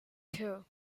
two